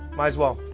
might as well.